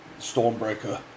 Stormbreaker